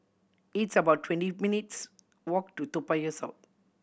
it's about twenty minutes' walk to Toa Payoh South